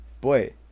boy